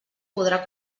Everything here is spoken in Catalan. podrà